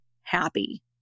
happy